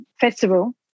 festival